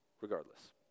Regardless